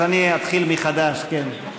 אז אני אתחיל מחדש, כן.